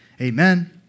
amen